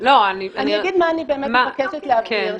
אני אגיד מה אני מבקשת להבהיר.